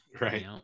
Right